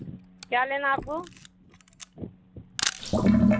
کیا لینا آپ کو